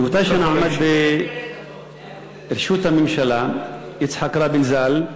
באותה שנה עמד בראשות הממשלה יצחק רבין ז"ל.